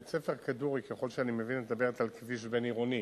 בית-ספר "כדורי" ככל שאני מבין את מדברת על כביש בין-עירוני.